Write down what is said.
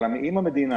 אבל אם המדינה,